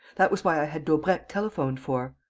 that was why i had daubrecq telephoned for.